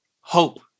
hope